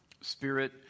spirit